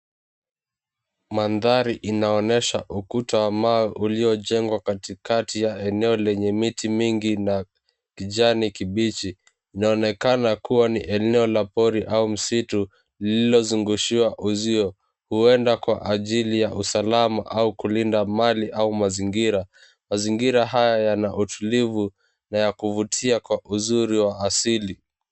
Mandhari inaonyesha ukuta wa mawe uliojengwa katikati ya eneo lenye miti mingi na kijani kibichi. Inaonekana kuwa ni eneo la pori au misitu lililo zungushiwa uzio. Uenda kwa ajili ya usalama au kulinda mali au mazingira. Mazingira haya yana utulivu na ya kuvutia kwa uzuri wa asili.